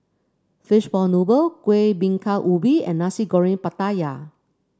Fishball Noodle Kuih Bingka Ubi and Nasi Goreng Pattaya